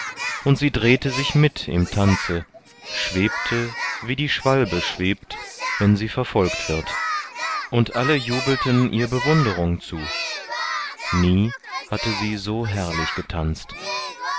und sie drehte sich mit im tanze schwebte wie die schwalbe schwebt wenn sie verfolgt wird und alle jubelten ihr bewunderung zu nie hatte sie so herrlich getanzt